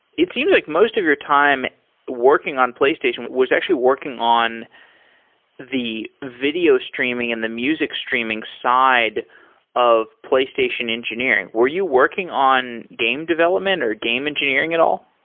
it seems like most of your time working on playstation was actually working on the video streaming and the music streaming side of playstation engineering. were you working on game development, or game engineering at all?